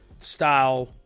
style